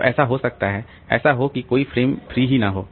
तो ऐसा हो सकता है ऐसा हो कि कोई फ्रेम फ्री न हो